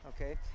Okay